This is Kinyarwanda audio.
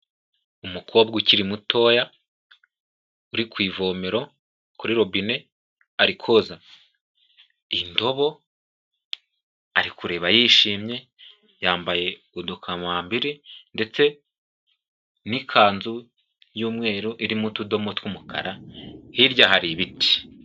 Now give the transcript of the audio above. Umukobwa ukiri mutoya uri ku ivomero, kuri robine arikoza indobo ari kureba yishimye yambaye udukamambiri ndetse n'ikanzu y'umweru irimo utudomo tw'umukara hirya hari ibiti.